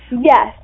Yes